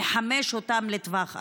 נחמש אותם לטווח ארוך.